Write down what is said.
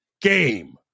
game